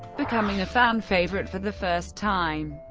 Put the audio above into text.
becoming a fan favorite for the first time.